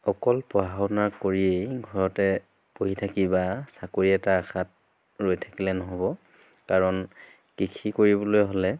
অকল পঢ়া শুনা কৰিয়েই ঘৰতে পঢ়ি থাকি বা চাকৰি এটাৰ আশাত ৰৈ থাকিলে নহ'ব কাৰণ কৃষি কৰিবলৈ হ'লে